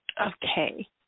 Okay